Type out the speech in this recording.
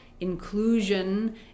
inclusion